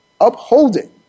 upholding